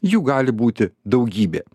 jų gali būti daugybė